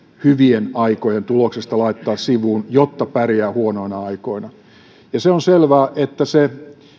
hyvien aikojen tuloksesta laittaa sivuun jotta pärjää huonoina aikoina se on selvää että se